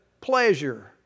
pleasure